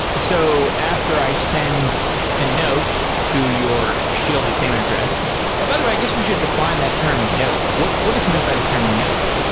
so after i send a note to your shielded payment address ah by the, i guess we should define that term note. what what is meant by the term note?